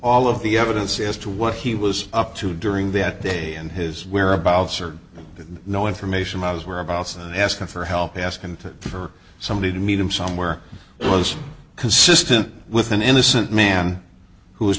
all of the evidence as to what he was up to during that day and his whereabouts or no information i was were also asking for help asking for somebody to meet him somewhere was consistent with an innocent man who